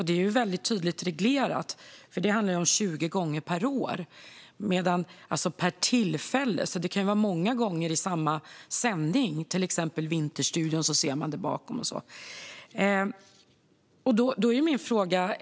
Detta är tydligt reglerat - det handlar om 20 gånger per år, alltså per tillfälle. Det kan vara många gånger i samma sändning. I till exempel Vinterstudion ser man det i bakgrunden.